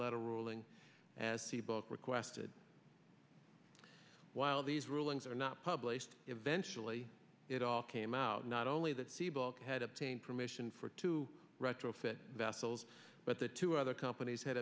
letter ruling as the book requested while these rulings are not published eventually it all came out not only that sebald had obtained permission for to retrofit vessels but the two other companies had